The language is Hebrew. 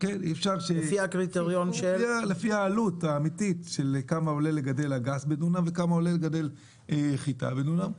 לפי העלות האמיתית של גידול אגס לדונם לעומת גידול חיטה לדונם.